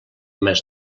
més